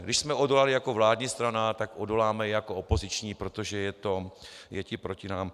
Když jsme odolali jako vládní strana, tak odoláme i jako opoziční, protože je to i proti nám.